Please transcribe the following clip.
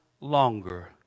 longer